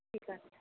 ঠিক আছে